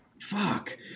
Fuck